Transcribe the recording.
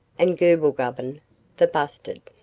and goomblegubbon the bustard